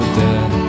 dead